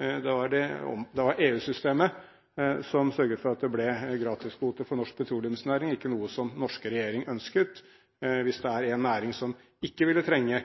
Det var EU-systemet som sørget for at det ble gratiskvoter for norsk petroleumsnæring, det var ikke noe som den norske regjeringen ønsket. Hvis det er en næring som ikke ville trenge